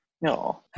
no